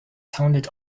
sounded